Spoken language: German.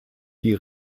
die